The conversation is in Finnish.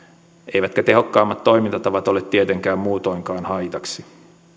eivätkä tehokkaammat toimintatavat ole tietenkään muutoinkaan haitaksi